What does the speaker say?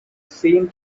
seen